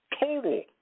total